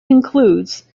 concludes